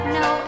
no